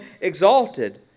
exalted